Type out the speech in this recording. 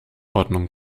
ordnung